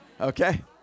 Okay